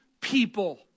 people